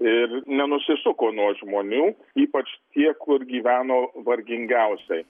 ir nenusisuko nuo žmonių ypač tie kur gyveno vargingiausiai